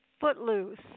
Footloose